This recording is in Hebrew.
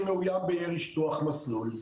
שמאוים בירי שטוח מסלול,